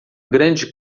grande